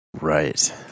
Right